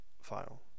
file